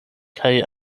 kaj